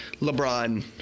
lebron